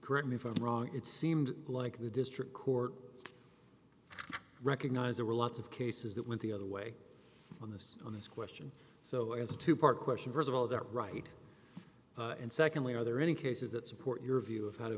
correct me from wrong it seemed like the district court recognize there were lots of cases that went the other way on this on this question so as to part question first of all is that right and secondly are there any cases that support your view of how to